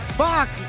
fuck